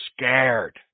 scared